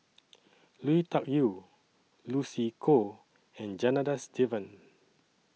Lui Tuck Yew Lucy Koh and Janadas Devan